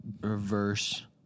reverse